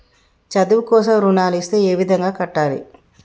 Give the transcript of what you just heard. చదువు కోసం రుణాలు ఇస్తే ఏ విధంగా కట్టాలి?